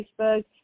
Facebook